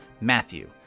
Matthew